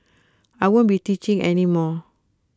I won't be teaching any more